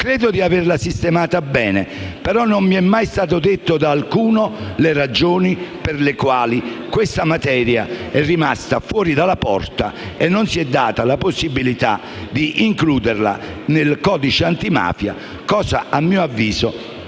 Credo di averla sistemata bene, però non mi sono mai state dette da alcuno le ragioni per cui questa materia è rimasta fuori dalla porta e non si è data la possibilità di includerla nel codice antimafia, cosa a mio avviso